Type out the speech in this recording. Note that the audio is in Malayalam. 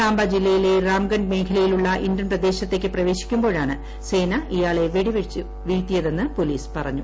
സാംബ ജില്ലയിലെ രാംഗഡ് മേഖലയിലുള്ള ഇന്ത്യൻ പ്രദേശത്തേക്ക് പ്രവേശിക്കുമ്പോഴാണ് സേന ഇയാളെ വെടിവച്ചു വീഴ്ത്തിയതെന്ന് പൊലീസ് പറഞ്ഞു